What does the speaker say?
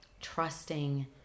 Trusting